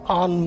on